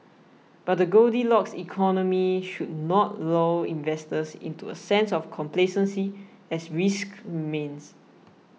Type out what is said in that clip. but the Goldilocks economy should not lull investors into a sense of complacency as risks remain